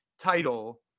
title